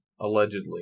allegedly